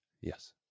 Yes